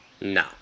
No